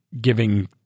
giving